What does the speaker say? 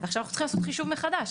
ועכשיו אנחנו צריכים לעשות חישוב מחדש,